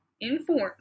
informed